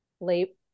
late